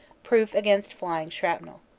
proof against flying shrapnel.